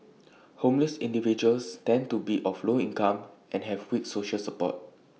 homeless individuals tend to be of low income and have weak social support